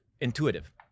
intuitive